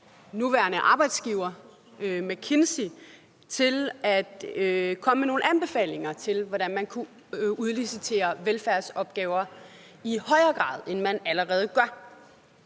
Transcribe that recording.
nuværende arbejdsgiver, McKinsey, til at komme med nogle anbefalinger til, hvordan man i højere grad, end man allerede gør,